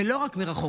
ולא רק מרחוק?